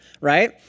right